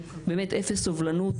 באמת עם אפס סובלנות,